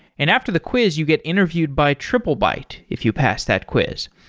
and after the quiz you get interviewed by triplebyte if you pass that quiz.